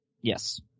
Yes